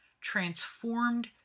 transformed